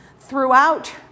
throughout